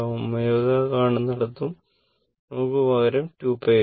അതായത് ω കാണുന്നിടത്തു നമുക്ക് പകരം 2π